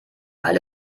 alte